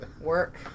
work